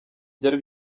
byari